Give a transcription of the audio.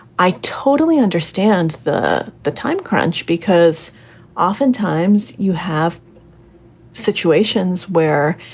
i totally understand the the time crunch because oftentimes you have situations where,